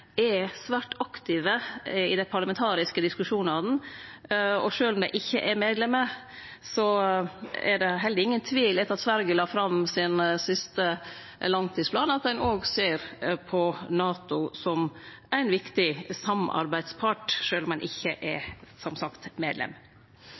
er svært aktive i dei parlamentariske diskusjonane. Og sjølv om dei ikkje er medlemer, er det, etter at Sverige la fram den siste langtidsplanen sin, heller ingen tvil om at ein ser på NATO som ein viktig samarbeidspart, sjølv om ein, som sagt, ikkje er